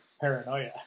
paranoia